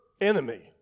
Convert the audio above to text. Enemy